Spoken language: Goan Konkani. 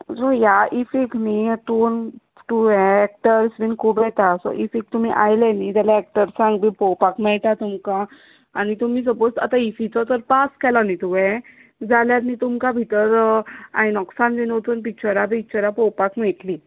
सो ह्या इफ्फीक न्ही हीतून तू ऍक्टर्स बीन खूब येतात इफ्फीक तुमी आयले न्ही जाल्यार ऍक्टर्सांक बीन पळोवपाक मेळटा तुमकां आनी तुमी सपोज इफ्फीचो जर पास केलो न्ही तुवें जाल्यार तुमकां आयनॉक्सान बीन वचून पिच्चरा बीन पळोवपाक मेळटली